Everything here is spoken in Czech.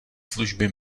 služby